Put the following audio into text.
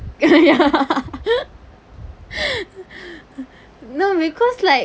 ya no because like